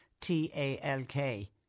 T-A-L-K